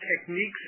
techniques